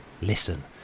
listen